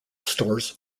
stores